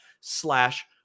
slash